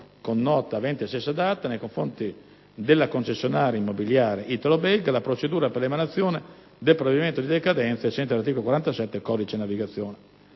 stessa data), nei confronti della concessionaria Immobiliare italo-belga la procedura per l'emanazione del provvedimento di decadenza, ai sensi dell'articolo 47 del codice della navigazione.